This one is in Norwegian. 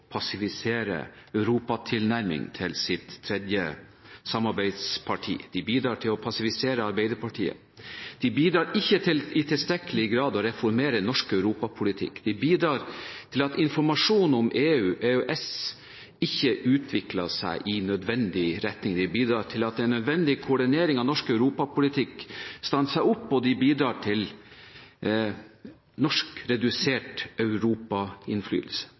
passivisere europatilnærming til det tredje samarbeidspartiet. De bidrar til å passivisere Arbeiderpartiet. De bidrar ikke i tilstrekkelig grad til å reformere norsk europapolitikk. De bidrar til at informasjon om EU og EØS ikke utvikler seg i nødvendig retning, de bidrar til at nødvendig koordinering av norsk europapolitikk stopper opp, og de bidrar til norsk redusert